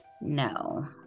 no